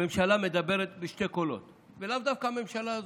הממשלה מדברת בשני קולות, ולאו דווקא הממשלה הזו.